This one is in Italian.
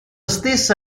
stessa